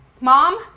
Mom